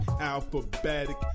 Alphabetic